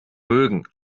mögen